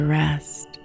rest